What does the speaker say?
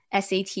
SAT